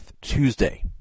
Tuesday